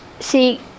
See